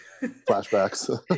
flashbacks